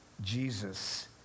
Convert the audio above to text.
Jesus